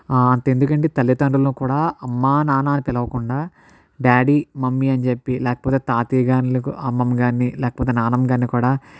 అంతెందుకునండి తల్లితండ్రులు కూడా అమ్మా నాన్న అని పిలవకుండా డాడీ మమ్మీ అని చెప్పి లేకపోతే తాతయ్య కానీ అమ్మమ్మ కానీ లేకపోతే నానమ్మ గారిని కూడా